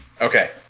Okay